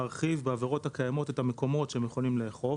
להרחיב בעבירות הקיימות את המקומות שהם יכולים לאכוף.